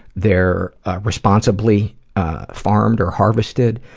they're responsibility farmed or harvested,